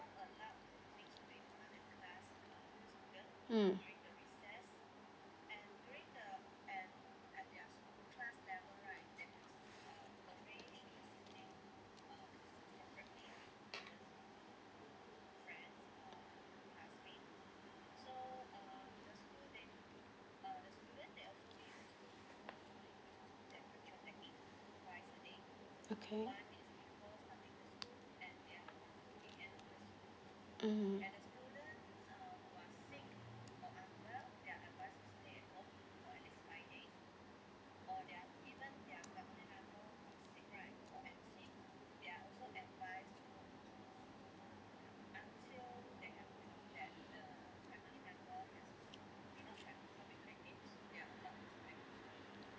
mm okay mmhmm